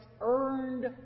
earned